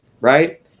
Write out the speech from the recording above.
right